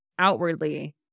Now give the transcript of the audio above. outwardly